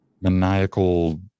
maniacal